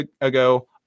ago